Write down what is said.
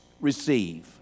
receive